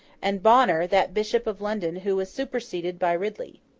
and bonner that bishop of london who was superseded by ridley.